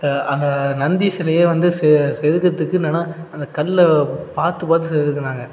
அந்த நந்தி சிலையே வந்து சே செதுக்கறதுக்கு என்னன்னா அந்த கல்லை பார்த்து பார்த்து செதுக்கினாங்க